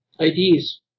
IDs